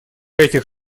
этих